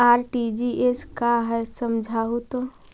RTGS का है समझाहू तो?